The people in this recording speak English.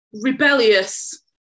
rebellious